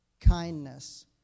kindness